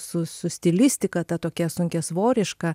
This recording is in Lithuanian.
su su stilistika ta tokia sunkiasvoriška